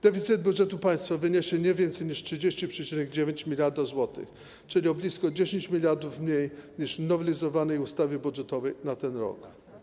Deficyt budżetu państwa wyniesie nie więcej niż 30,9 mld zł, czyli o blisko 10 mld mniej niż w nowelizowanej ustawie budżetowej na ten rok.